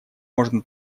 можно